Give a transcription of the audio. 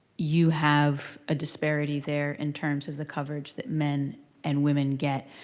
you have a disparity there in terms of the coverage that men and women get.